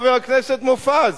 חבר הכנסת מופז,